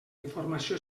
informació